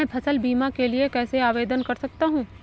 मैं फसल बीमा के लिए कैसे आवेदन कर सकता हूँ?